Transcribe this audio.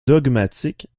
dogmatique